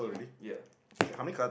ya so